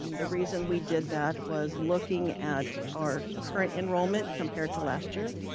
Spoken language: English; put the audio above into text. um the reason we did that was looking at our current enrollment compared to last year,